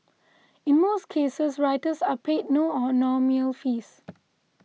in most cases writers are paid no or nominal fees